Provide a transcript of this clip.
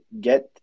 get